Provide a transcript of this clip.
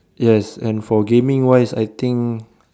yes and for gaming wise I think